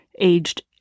aged